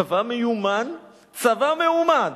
צבא מיומן, צבא מאומן.